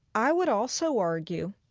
i would also argue